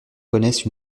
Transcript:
connaissent